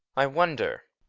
i wonder!